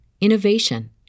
innovation